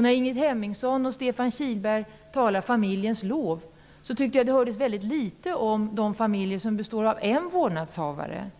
När Ingrid Hemmingsson och Stefan Kihlberg talade familjens lov, tyckte jag att det hördes ytterst litet om familjer med endast en vårdnadshavare,